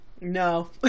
No